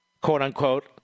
quote-unquote